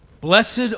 Blessed